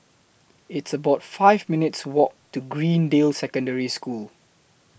It's about five minutes' Walk to Greendale Secondary School